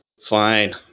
Fine